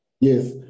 Yes